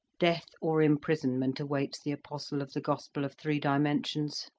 death or imprisonment awaits the apostle of the gospel of three dimensions.